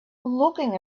looking